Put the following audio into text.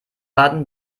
baden